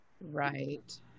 Right